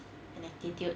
an attitude